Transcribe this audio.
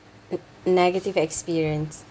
negative experience